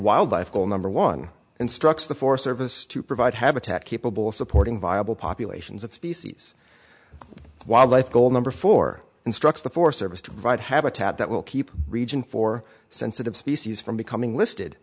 wildlife goal number one instructs the forest service to provide habitat capable of supporting viable populations of species wildlife goal number four instructs the forest service to provide habitat that will keep region for sensitive species from becoming listed